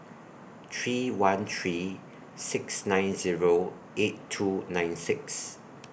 three one three six nine Zero eight two nine six